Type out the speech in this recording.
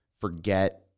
forget